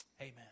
Amen